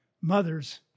mother's